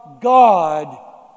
God